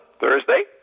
Thursday